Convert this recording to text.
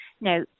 Now